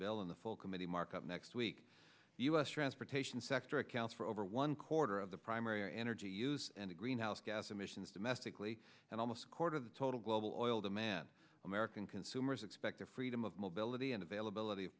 bill in the full committee markup next week the u s transportation sector accounts for over one quarter of the primary energy use and a greenhouse gas emissions domestically and almost a quarter of the total global oil demand american consumers expect the freedom of mobility and availability of